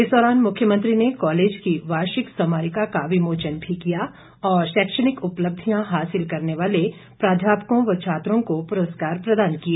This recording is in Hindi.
इस दौरान मुख्यमंत्री ने कॉलेज की वार्षिक स्मारिका का विमोचन भी किया और शैक्षणिक उपलब्धियां हासिल करने वाले प्राध्यापकों व छात्रों को पुरस्कार प्रदान किए